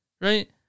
right